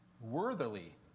worthily